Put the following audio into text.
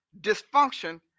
dysfunction